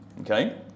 okay